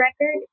record